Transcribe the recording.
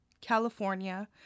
California